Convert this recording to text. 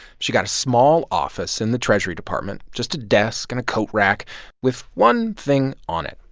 she got a small office in the treasury department just a desk and a coat rack with one thing on it,